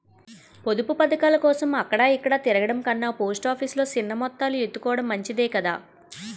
పొదుపు పదకాలకోసం అక్కడ ఇక్కడా తిరగడం కన్నా పోస్ట్ ఆఫీసు లో సిన్న మొత్తాలు ఎత్తుకోడం మంచిదే కదా